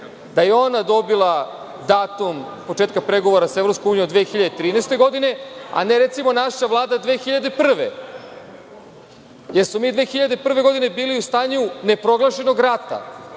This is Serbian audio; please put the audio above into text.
to nas vređa, datum početka pregovora sa EU 2013. godine, a ne recimo naša Vlada 2001. godine. Mi smo 2001. godine bili u stanju neproglašenog rata,